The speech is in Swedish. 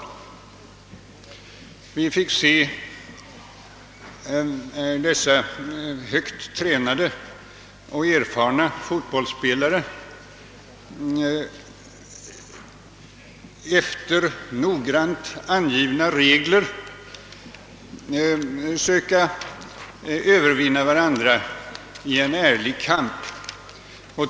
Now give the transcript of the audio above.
Vi fick se hur vältränade och erfarna fotbollspelare efter noggrant angivna regler försökte övervinna varandra i ärlig kamp.